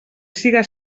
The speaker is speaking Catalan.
siga